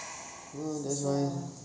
ya